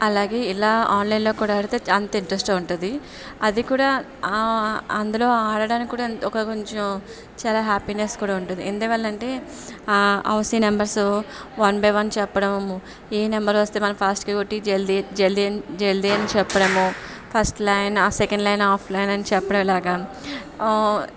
అలాగే ఇలా ఆన్లైన్ కూడా ఆడితే అంత ఇంట్రెస్ట్గా ఉంటుంది అది కూడా అందులో ఆడడానికి కూడా ఒక కొంచెం చాలా హ్యాపీనెస్ కూడా ఉంటుంది ఎందువలన అంటే housie numbers one by one చెప్పడం ఏ నెంబర్ వస్తే మనం ఫాస్ట్గా కొట్టి జల్దీ జల్దీ జల్దీ అని చెప్పడము first line second line half line అని చెప్పడం ఇలాగా